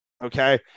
Okay